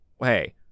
hey